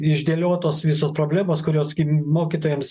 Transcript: išdėliotos visos problemos kurios gi mokytojams